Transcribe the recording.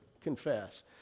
confess